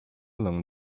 long